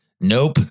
Nope